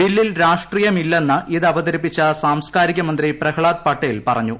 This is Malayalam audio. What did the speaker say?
ബില്ലിൽ രാഷ്ട്രീയമില്ലെന്ന് ഇത് അവതരിപ്പിച്ചു സ്റ്റ്സ്കാരിക മന്ത്രി പ്രഹ്ളാദ് പട്ടേൽ പറഞ്ഞു